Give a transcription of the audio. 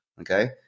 okay